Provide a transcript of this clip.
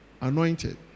anointed